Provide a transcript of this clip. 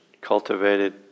cultivated